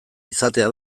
izatea